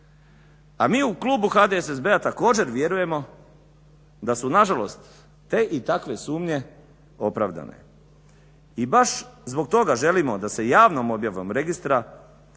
A mi u klubu HDSSB-a također vjerujemo da su nažalost te i takve sumnje opravdane. I baš zbog toga želimo da se javnom objavom registra